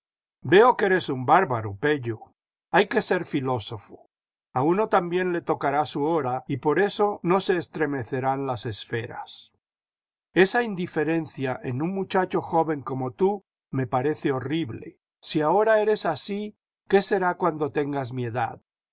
veo que eres un bárbaro pello hay que ser filósofo a uno también le tocará su hora y por eso no se estremecerán las esferas esa indiferencia en un muchacho joven como tú me parece horrible si ahora eres así qué será cuando tengas mi edad